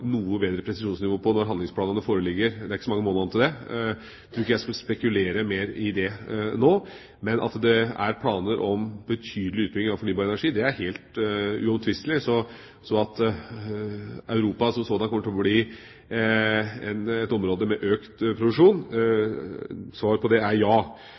tror ikke jeg skal spekulere mer i det nå, men at det er planer om en betydelig utbygging av fornybar energi, er helt uomtvistelig. Når det gjelder spørsmålet om Europa som sådant kommer til å bli et område med økt produksjon, er svaret på det ja, og så er